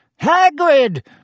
Hagrid